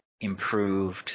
improved